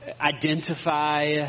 identify